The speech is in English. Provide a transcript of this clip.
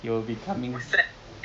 he will be coming